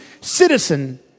citizen